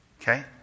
Okay